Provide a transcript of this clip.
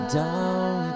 down